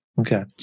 Okay